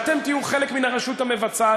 אתם תהיו חלק מן הרשות המבצעת,